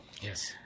Yes